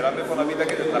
השאלה היא מאיפה נביא את הכסף.